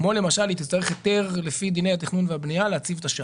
כמו למשל אם תצטרך היתר לפי דיני התכנון והבנייה להציב את השער.